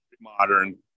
modern